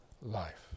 life